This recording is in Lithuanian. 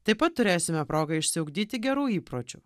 taip pat turėsime progą išsiugdyti gerų įpročių